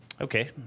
Okay